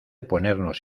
ponernos